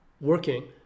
working